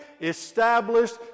established